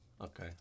Okay